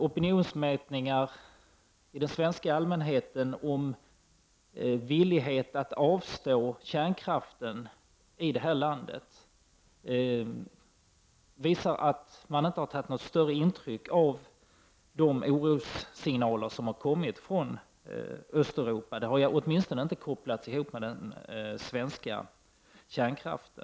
Opinionsmätningar i den svenska allmänheten om villigheten att avstå kärnkraften i det här landet visar att man inte har tagit något större intryck av de orossignaler som har kommit från Östeuropa. Det har åtminstone inte kopplats ihop med den svenska kärnkraften.